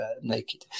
naked